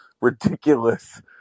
ridiculous